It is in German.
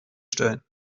stellen